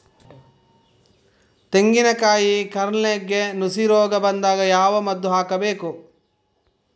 ತೆಂಗಿನ ಕಾಯಿ ಕಾರ್ನೆಲ್ಗೆ ನುಸಿ ರೋಗ ಬಂದಾಗ ಯಾವ ಮದ್ದು ಹಾಕಬೇಕು?